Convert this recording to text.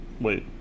Wait